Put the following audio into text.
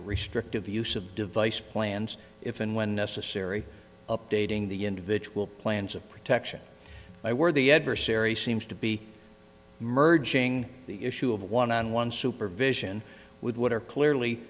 restrictive use of the device plans if and when necessary updating the individual plans of protection my worthy adversary seems to be merging the issue of one on one supervision with what are clearly